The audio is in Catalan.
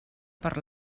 per